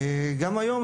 גם היום,